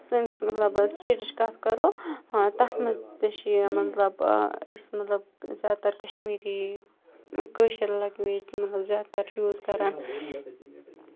سٲنِس مطلب سِتیٹٕچ کَتھ کَرو تَتھ منٛز تہِ چھِ یہِ مطلب أسۍ مطلب زیادٕ تر کٔشمیٖری کٲشِر لینگویج زیادٕ تر یوٗز کران